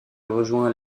rejoint